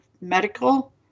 Medical